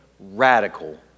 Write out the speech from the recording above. radical